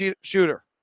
shooter